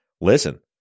listen